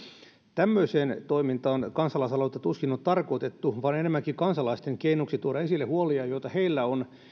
tämmöiseen toimintaan kansalaisaloite tuskin on tarkoitettu vaan enemmänkin kansalaisten keinoksi tuoda esille huolia joita heillä on